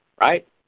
Right